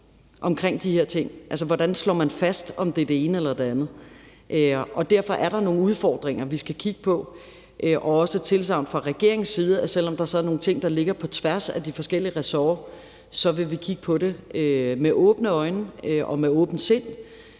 omkring de her ting. Altså, hvordan slår man fast, om der er tale om det ene eller det andet? Derfor er der nogle udfordringer, vi skal kigge på, og også et tilsagn fra regeringens side om, at selv om der er nogle ting, der ligger på tværs af de forskellige ressorter, så vil vi kigge på det med åbne øjne og åbent sind